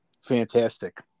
Fantastic